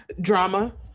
Drama